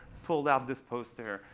pulled out this poster,